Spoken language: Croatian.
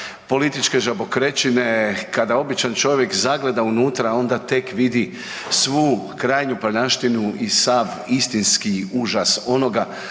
„političke žabokrečine, kada običan čovjek zagleda unutra onda tek vidi svu krajnju prljavštinu i sav istinski užas onoga